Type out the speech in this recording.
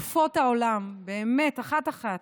אילו נשים, אלופות העולם, באמת אחת-אחת,